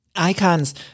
icons